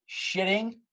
shitting